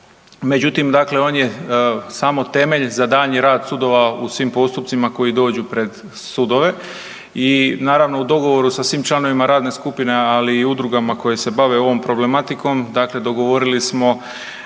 međutim, dakle on je samo temelj za daljnji rad sudova u svim postupcima koji dođu pred sudove i naravno, u dogovoru sa svim članovima radne skupine, ali i udrugama koje se bave ovom problematikom, dakle, dogovorili smo